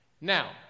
Now